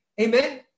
Amen